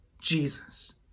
Jesus